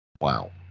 Wow